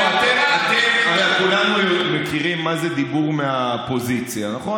הרי כולנו מכירים מה זה דיבור מהפוזיציה, נכון?